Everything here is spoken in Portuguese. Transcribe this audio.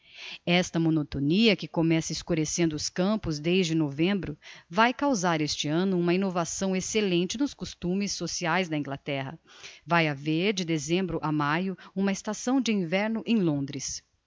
esta monotonia que começa escurecendo os campos desde novembro vae causar este anno uma innovação excellente nos costumes sociaes da inglaterra vae haver de dezembro a maio uma estação d'inverno em londres